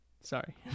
Sorry